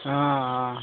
অ অ